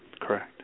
correct